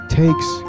takes